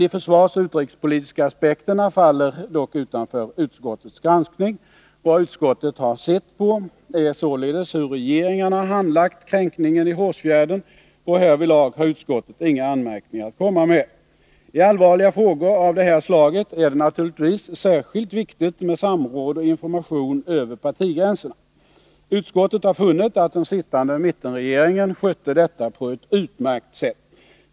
De försvarsoch utrikespolitiska aspekterna faller dock utanför utskottets granskning. Vad utskottet har sett på är således hur regeringarna handlagt kränkningen i Hårsfjärden, och härvidlag har utskottet inga anmärkningar att komma med. I allvarliga frågor av det här slaget är det naturligtvis särskilt viktigt med samråd och information över partigränserna. Utskottet har funnit att den sittande mittenregeringen skötte detta på ett utmärkt sätt.